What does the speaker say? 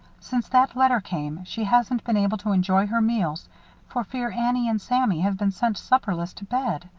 since that letter came, she hasn't been able to enjoy her meals for fear annie and sammy have been sent supperless to bed.